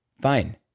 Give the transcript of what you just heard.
fine